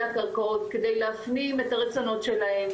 הקרקעות כדי להפנים את הרצונות שלהם,